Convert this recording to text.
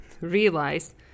Realize